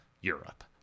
Europe